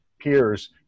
peers